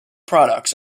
products